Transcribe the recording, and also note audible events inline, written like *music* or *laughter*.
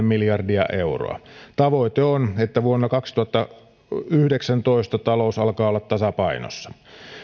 *unintelligible* miljardia euroa tavoite on että vuonna kaksituhattayhdeksäntoista talous alkaa olla tasapainossa